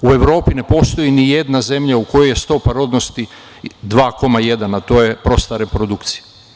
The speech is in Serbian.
U Evropi ne postoji ni jedna zemlja u kojoj je stopa rodnosti 2,1%, a to je prosta reprodukcija.